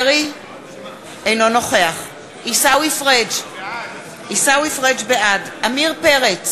אינו נוכח עיסאווי פריג' בעד עמיר פרץ,